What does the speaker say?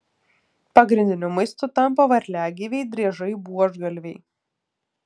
pagrindiniu maistu tampa varliagyviai driežai buožgalviai